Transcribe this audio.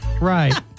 Right